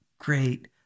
great